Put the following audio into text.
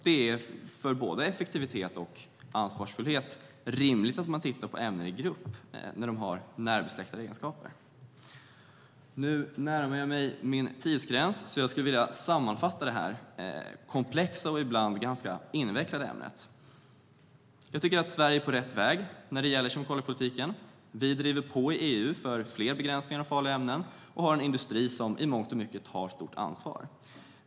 Det är rimligt, både för effektivitet och ansvarsfullhet, att man tittar på ämnen i grupp när de har närbesläktade egenskaper. Jag närmar mig talartidens slut och vill därför sammanfatta detta komplexa och ibland ganska invecklade ämne. Sverige är på rätt väg när det gäller kemikaliepolitiken. Vi driver på EU för fler begränsningar av farliga ämnen och har en industri som i mångt och mycket tar stort ansvar.